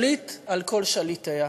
שליט על כל שליטיה.